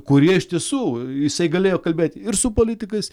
kurie iš tiesų jisai galėjo kalbėti ir su politikais